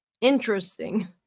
Interesting